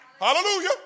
Hallelujah